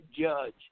judge